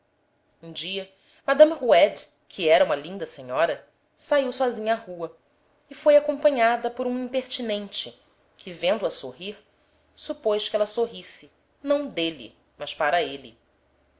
um dia mme roude que era uma linda senhora saiu sozinha à rua e foi acompanhada por um impertinente que vendo-a sorrir supôs que ela sorrisse não dele mas para ele